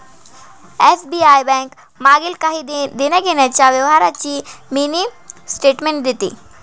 SBI bank मागील काही देण्याघेण्याच्या व्यवहारांची मिनी स्टेटमेंट देते